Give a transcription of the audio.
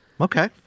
Okay